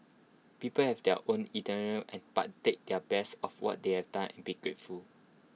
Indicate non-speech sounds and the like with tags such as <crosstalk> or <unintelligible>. people have their own <unintelligible> but take their best of what they have done and be grateful